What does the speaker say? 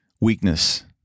weakness